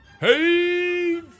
hey